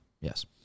Yes